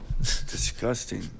Disgusting